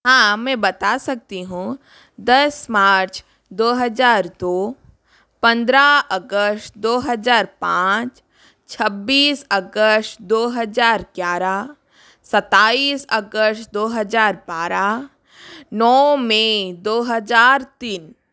हाँ मैं बता सकती हूँ दस मार्च दो हज़ार दो पंद्रह अगश्त दो हज़ार पाँच छब्बीस अगश्त दो हज़ार ग्यारह सत्ताईस अगश्त दो हज़ार बारह नौ में दो हज़ार तीन